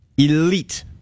Elite